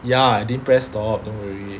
ya I didn't press stop don't worry